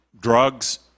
drugs